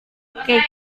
keik